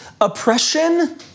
oppression